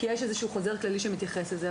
כי יש איזשהו חוזר כללי שמתייחס לזה.